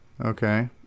Okay